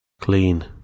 Clean